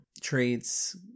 traits